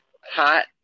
Hot